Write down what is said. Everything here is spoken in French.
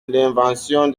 l’invention